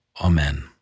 Amen